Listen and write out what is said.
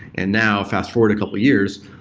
and now fast-forward a couple of years,